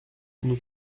nous